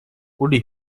uli